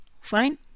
fine